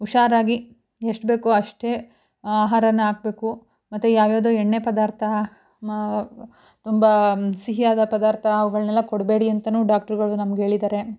ಹುಷಾರಾಗಿ ಎಷ್ಟು ಬೇಕೋ ಅಷ್ಟೇ ಆಹಾರನ ಹಾಕ್ಬೇಕು ಮತ್ತು ಯಾವ್ದು ಯಾವ್ದೋ ಎಣ್ಣೆ ಪದಾರ್ಥ ಮ ತುಂಬ ಸಿಹಿಯಾದ ಪದಾರ್ಥ ಅವುಗಳ್ನೆಲ್ಲ ಕೊಡಬೇಡಿ ಅಂತಲೂ ಡಾಕ್ಟ್ರುಗಳು ನಮ್ಗೆ ಹೇಳಿದಾರೆ